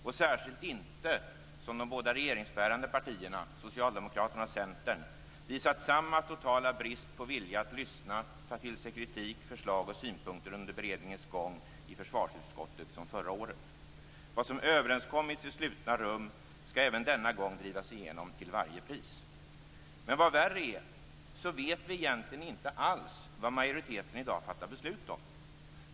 Och särskilt inte som de båda regeringsbärande partierna - Socialdemokraterna och Centern - visat samma totala brist på vilja att lyssna och ta till sig kritik, förslag och synpunkter under beredningens gång i försvarsutskottet som förra året. Vad som överenskommits i slutna rum skall även denna gång drivas igenom till varje pris. Men - vad värre är - vi vet egentligen inte alls vad majoriteten i dag fattar beslut om.